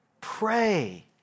pray